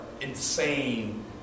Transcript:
insane